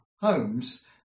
homes